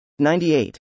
98